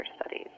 studies